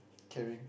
caring